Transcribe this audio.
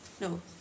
no